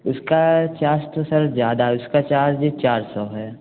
उसका चार्ज तो सर ज़्यादा है उसका चार्ज चार सौ है